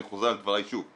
אני חוזר על דבריי שוב.